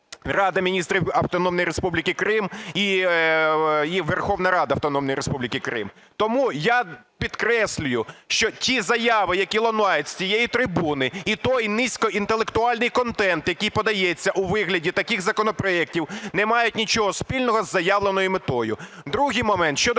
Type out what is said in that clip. Рада міністрів Автономної Республіки Крим і Верховна Рада Автономної Республіки Крим. Тому я підкреслюю, що ті заяви, які лунають з цієї трибуни, і той низькоінтелектуальний контент, який подається у вигляді таких законопроектів, не мають нічого спільного із заявленою метою. Другий момент